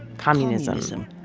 communism,